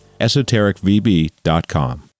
EsotericVB.com